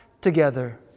together